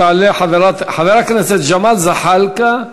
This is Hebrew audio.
חבר הכנסת ג'מאל זחאלקה.